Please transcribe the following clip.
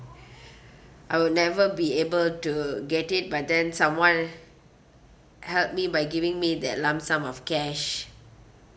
I will never be able to get it but then someone helped me by giving me that lump sum of cash